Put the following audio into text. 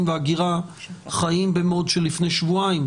וההגירה חיים במוד של לפני שבועיים,